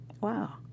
Wow